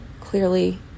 Clearly